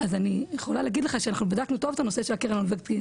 אז אני יכולה להגיד לך שבדקנו טוב את הקרן הנורבגית,